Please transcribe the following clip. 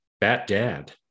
Bat-Dad